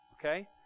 Okay